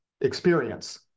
experience